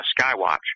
skywatch